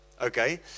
Okay